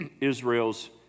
Israel's